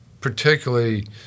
particularly